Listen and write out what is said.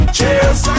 Cheers